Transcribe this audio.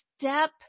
step